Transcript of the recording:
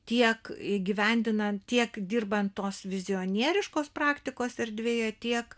tiek įgyvendinant tiek dirbant tos vizionieriškos praktikos erdvėje tiek